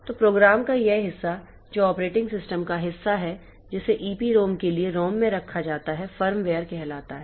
तो प्रोग्राम का यह हिस्सा जो ऑपरेटिंग सिस्टम का हिस्सा है जिसे EPROM के लिए ROM में रखा जाता है फर्मवेयर कहलाता है